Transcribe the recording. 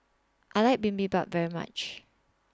I like Bibimbap very much